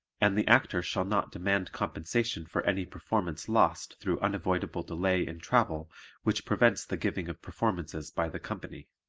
and the actor shall not demand compensation for any performance lost through unavoidable delay in travel which prevents the giving of performances by the company.